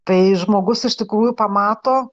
tai žmogus iš tikrųjų pamato